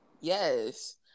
Yes